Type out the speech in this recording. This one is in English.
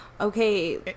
Okay